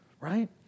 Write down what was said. Right